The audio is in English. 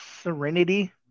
Serenity